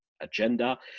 agenda